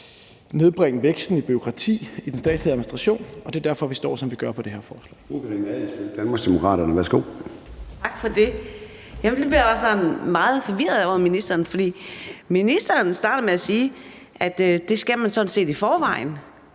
nedbringe væksten i bureaukrati i den statslige administration. Det er derfor, at vi står, som vi gør, i forhold til det her forslag.